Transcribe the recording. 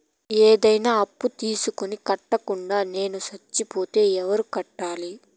ఏదైనా అప్పు తీసుకొని కట్టకుండా నేను సచ్చిపోతే ఎవరు కట్టాలి?